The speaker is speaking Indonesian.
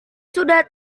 sudah